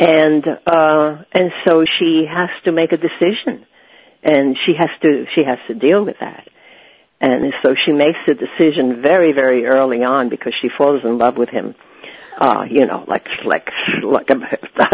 and and so she has to make a decision and she has to she has to deal with that and so she makes a decision very very early on because she falls in love with him you know like